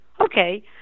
Okay